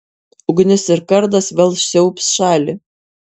ugnis ir kardas vėl siaubs šalį